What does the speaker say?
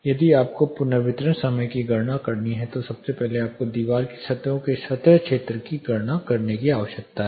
यदि आपको पुनर्वितरण समय की गणना करनी है तो सबसे पहले आपको दीवार की सतहों के सतह क्षेत्र की गणना करने की आवश्यकता है